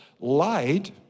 Light